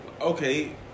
Okay